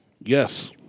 Yes